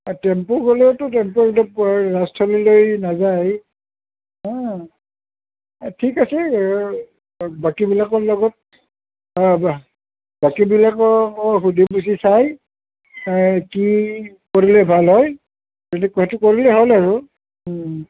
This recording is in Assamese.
টেম্পু গ'লেও তো টেম্পু সেই ৰাস স্থলীলে নাযায় হা অঁ ঠিক আছে বাকী বিলাকৰ লগত বা বাকীবিলাকক সুধি পুছি চায় চায় কি কৰিলে ভাল হয় এইটো কৰিলেই হ'ল আৰু